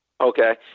okay